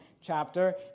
chapter